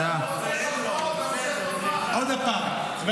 אני קורא אותך לסדר פעם ראשונה.